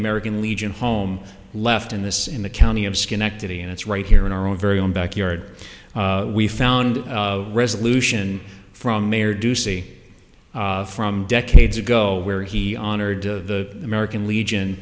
american legion home left in this in the county of schenectady and it's right here in our own very own backyard we found resolution from mayor doocy from decades ago where he honored to american legion